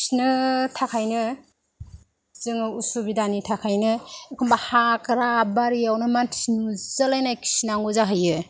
खिनो थाखायनो जोङो उसुबिदानि थाखायनो एखनबा हाग्रा बारिआवनो मानसि नुजालायनाय खिनांगौ जाहैयो जाहैयो